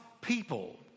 people